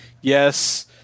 Yes